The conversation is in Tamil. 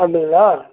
அப்படிங்களா